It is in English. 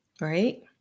right